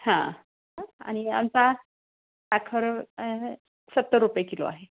हां हां आणि आमचा साखर सत्तर रुपये किलो आहे